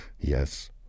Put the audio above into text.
yes